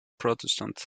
protestant